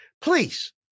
please